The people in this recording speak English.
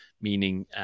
meaning